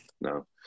no